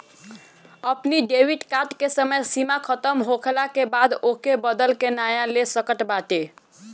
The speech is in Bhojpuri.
अपनी डेबिट कार्ड के समय सीमा खतम होखला के बाद ओके बदल के नया ले सकत बाटअ